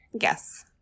Yes